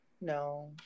No